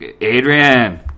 adrian